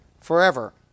Forever